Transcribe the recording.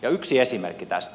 yksi esimerkki tästä